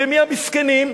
ומי המסכנים?